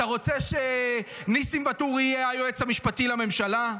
אתה רוצה שניסים ואטורי יהיה היועץ המשפטי לממשלה?